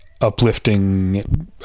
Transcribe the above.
uplifting